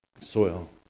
soil